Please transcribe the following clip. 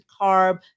carb